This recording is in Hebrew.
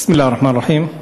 בסם אללה א-רחמאן א-רחים.